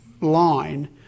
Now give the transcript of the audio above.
line